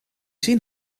seen